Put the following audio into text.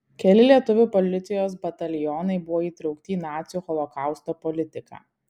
keli lietuvių policijos batalionai buvo įtraukti į nacių holokausto politiką